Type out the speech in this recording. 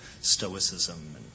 Stoicism